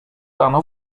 rano